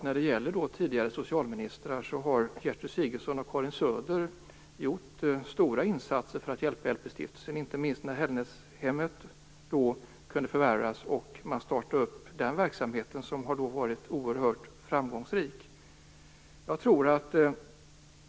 När det gäller tidigare socialministrar har Gertrud Sigurdsen och Karin Söder gjort stora insatser för att hjälpa LP-stiftelsen, inte minst när Hällnäshemmet kunde förvärvas och när man startade den verksamheten som har varit oerhört framgångsrik.